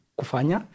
kufanya